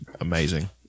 amazing